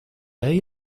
lay